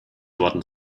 worden